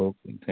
okay thank